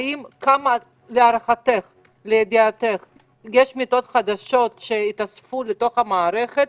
האם להערתך, יש מיטות חדשות שהתווספו לתוך המערכת,